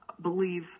believe